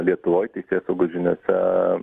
lietuvoj tesėsaugos žiniose